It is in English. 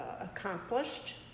accomplished